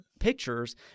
pictures